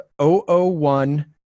001